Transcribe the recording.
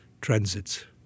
transits